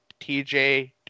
TJ